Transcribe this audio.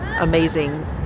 amazing